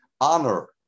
Honor